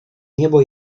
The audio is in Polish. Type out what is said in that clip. niebo